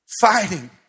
Fighting